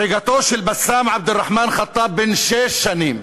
הריגתו של בסאם עבד-אלרחמן ח'טאב, בן שש שנים,